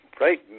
right